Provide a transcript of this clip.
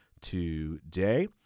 today